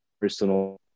personal